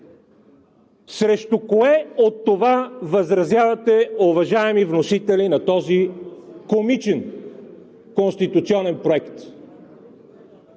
Срещу кое от това възразявате, уважаеми вносители на този комичен конституционен проект?